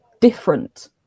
different